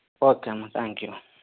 okay అమ్మ thank you